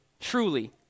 truly